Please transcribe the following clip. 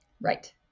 Right